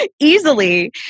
easily